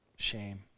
shame